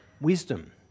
wisdom